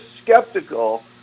skeptical